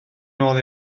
nôl